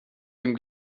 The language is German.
dem